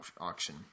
auction